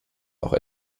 auch